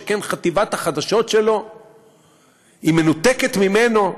שכן חטיבת החדשות שלו מנותקת ממנו,